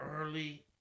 Early